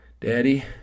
Daddy